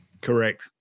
Correct